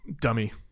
dummy